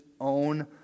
own